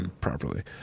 properly